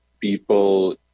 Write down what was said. people